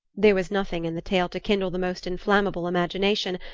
there was nothing in the tale to kindle the most inflammable imagination,